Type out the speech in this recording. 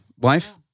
wife